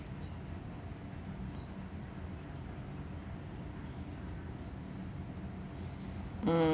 mm